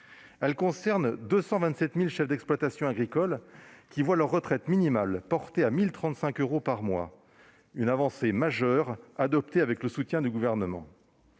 Elle concerne 227 000 chefs d'exploitation agricole qui voient leur retraite minimale portée à 1 035 euros par mois. C'est une avancée majeure adoptée avec le soutien du Gouvernement.